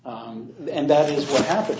t and that is what happened